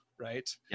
right